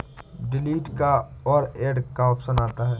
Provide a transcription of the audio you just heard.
delete का और add का ऑप्शन आता है